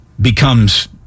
becomes